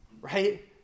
Right